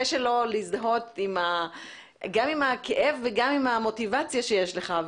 שלא להזדהות גם עם הכאב וגם עם המוטיבציה שיש לך.